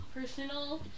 personal